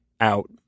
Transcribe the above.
out